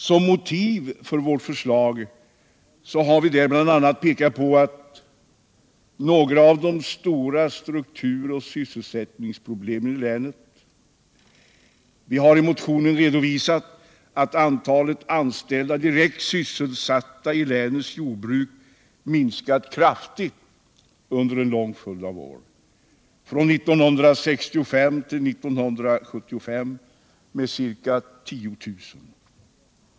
Som motiv för vårt förslag har vi bl.a. pekat på några av de stora strukturoch sysselsättningsproblemen i länet. Vi har i motionen redovisat att antalet direkt sysselsatta i länets jordbruk minskat kraftigt under en lång följd av år, från 1965 till 1975 med ca 10 000.